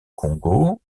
congo